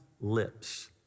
lips